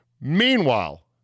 Meanwhile